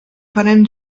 farem